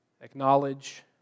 acknowledge